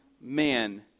man